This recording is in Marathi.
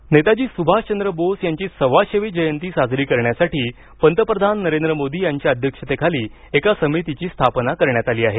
जयंती नेताजी सुभाषचंद्र बोस यांची सव्वाशेवी जयंती साजरी करण्यासाठी पंतप्रधान नरेंद्र मोदी यांच्या अध्यक्षतेखाली एका समितीची स्थापना करण्यात आली आहे